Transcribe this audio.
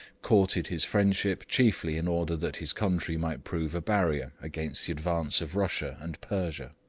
courted his friendship chiefly in order that his country might prove a barrier against the advance of russia and persia.